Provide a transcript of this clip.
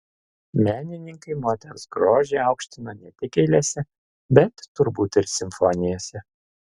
menininkai moters grožį aukštino ne tik eilėse bet turbūt ir simfonijose